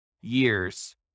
years